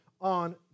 on